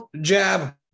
jab